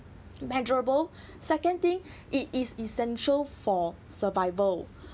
measurable second thing it is essential for survival